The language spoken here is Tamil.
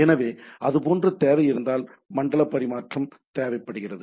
எனவே அது போன்ற தேவை இருந்தால் மண்டல பரிமாற்றம் தேவைப்படுகிறது